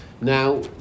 Now